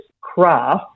craft